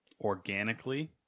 organically